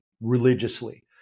religiously